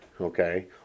okay